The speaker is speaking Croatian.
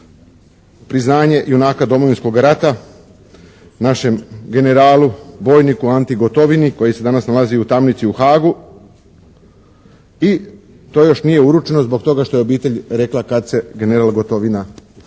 priznanje junaka Domovinskoga rata našem generalu, bojniku Anti Gotovini koji se danas nalazi u tamnici u Haagu i to još nije uručeno zbog toga što je obitelj rekla kad se general Gotovina